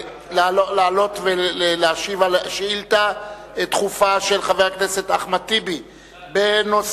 לעלות ולהשיב על שאילתא דחופה של חבר הכנסת אחמד טיבי בנושא: